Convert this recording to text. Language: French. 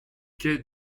quai